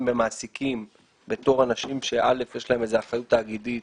במעסיקים כאנשים שיש להם אחריות תאגידית